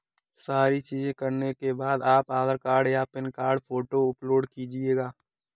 सारी चीजें करने के बाद आप आधार कार्ड या पैन कार्ड फोटो अपलोड कीजिएगा